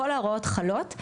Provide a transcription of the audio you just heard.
כל ההוראות חלות,